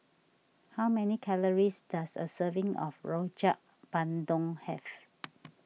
how many calories does a serving of Rojak Bandung have